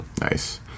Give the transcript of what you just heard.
Nice